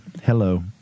Hello